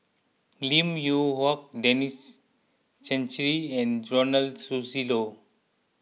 Lim Yew Hock Denis Santry and Ronald Susilo